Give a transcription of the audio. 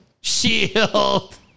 Shield